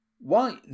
Why